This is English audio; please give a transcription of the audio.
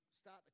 start